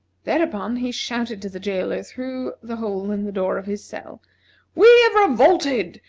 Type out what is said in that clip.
thereupon he shouted to the jailer through the hole in the door of his cell we have revolted!